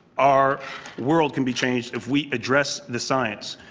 our world can be changed if we address the science.